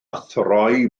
throi